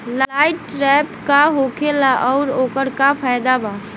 Light trap का होखेला आउर ओकर का फाइदा बा?